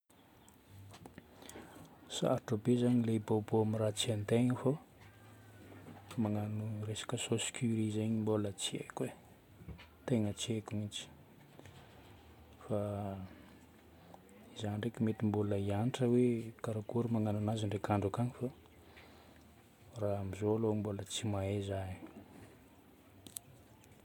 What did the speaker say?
Sarotra be zagny le hibôbô amin'ny raha tsy hain-tegna fô magnano resaka sauce curry zagny mbola tsy haiko e. Tegna tsy haiko mihitsy. Fa za ndraiky mety mbola hianatra hoe karakory magnano ananjy ndraika andro akany fa raha amin'izao aloha mbola tsy mahay za.